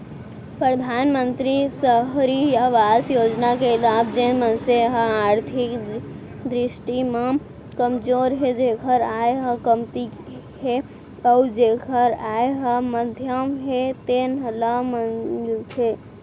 परधानमंतरी सहरी अवास योजना के लाभ जेन मनसे ह आरथिक दृस्टि म कमजोर हे जेखर आय ह कमती हे अउ जेखर आय ह मध्यम हे तेन ल मिलथे